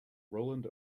roland